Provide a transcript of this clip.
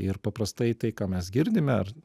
ir paprastai tai ką mes girdime ar